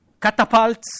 catapults